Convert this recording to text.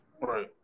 Right